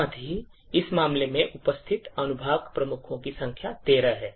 साथ ही इस मामले में उपस्थित अनुभाग प्रमुखों की संख्या 13 है